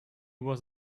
was